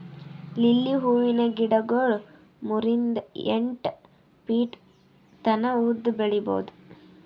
lily ಹೂವಿನ ಗಿಡಗೊಳ್ ಮೂರಿಂದ್ ಎಂಟ್ ಫೀಟ್ ತನ ಉದ್ದ್ ಬೆಳಿಬಹುದ್